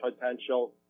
potential